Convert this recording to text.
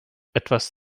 etwas